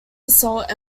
assault